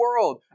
world